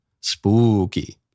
Spooky